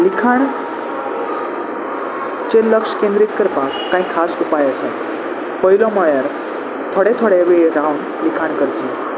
लिखाणचेर लक्ष केंद्रीत करपाक कांय खास उपाय आसा पयलो म्हळ्यार थोडे थोडे वेळ रावन लिखाण करचे